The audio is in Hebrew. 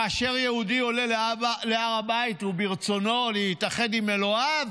כאשר יהודי עולה להר הבית וברצונו להתאחד עם אלוהיו,